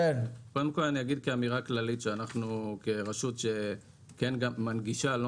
קודם כל אומר כהערה כללית שאנחנו כרשות שכן גם מנגישה לא